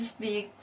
speak